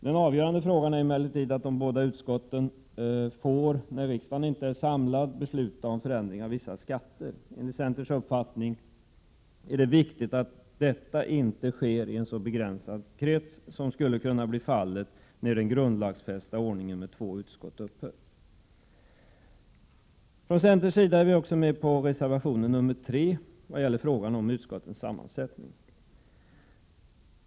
Den avgörande synpunkten är emellertid att de båda utskotten när riksdagen inte är samlad får besluta om förändring av vissa skatter. Enligt centerns uppfattning är det viktigt att detta inte sker i en så begränsad krets som det skulle kunna bli fråga om när den grundlagsfästa ordningen med två utskott upphör. Från centerns sida är vi också med på reservation 3 om utskottens sammansättning.